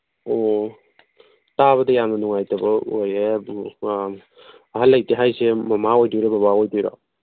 ꯑꯣ ꯇꯥꯕꯗ ꯌꯥꯝꯅ ꯅꯨꯡꯉꯥꯏꯇꯕ ꯑꯣꯏꯔꯦ ꯑꯗꯨ ꯑꯍꯟ ꯂꯩꯇꯦ ꯍꯥꯏꯁꯦ ꯃꯃꯥ ꯑꯣꯏꯗꯣꯏꯔ ꯕꯕꯥ ꯑꯣꯏꯗꯣꯏꯔꯣ